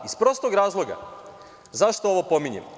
Iz prostog razloga, zašto ovo pominjem.